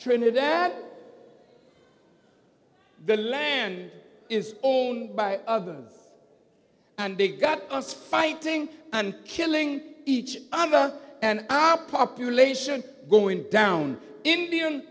now the land is owned by others and they got us fighting and killing each other and our population going down indian